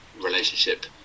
relationship